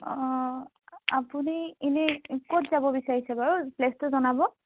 অ' আপুনি এনেই ক'ত যাব বিচাৰিছে বাৰু প্লে'চটো জনাব